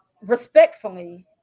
respectfully